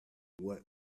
what